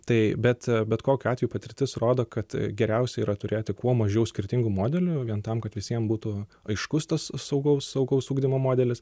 tai bet bet kokiu atveju patirtis rodo kad geriausia yra turėti kuo mažiau skirtingų modelių vien tam kad visiem būtų aiškus tas saugaus saugaus ugdymo modelis